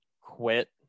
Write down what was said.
quit